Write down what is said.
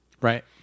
right